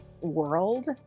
world